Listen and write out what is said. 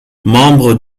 membre